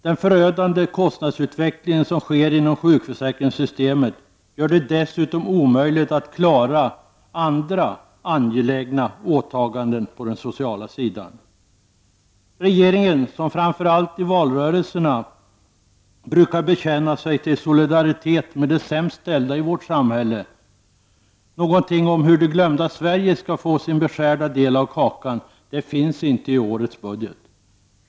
Den förödande kostnadsutveckling som sker inom sjukförsäkringssystemet gör det dessutom omöjligt att klara andra angelägna åtaganden på den sociala sidan. Regeringen brukar framför allt i valrörelserna bekänna sig till solidaritet med de sämst ställda i vårt samhälle. Någonting om hur det glömda Sverige skall få sin beskärda del av kakan finns inte i årets budget.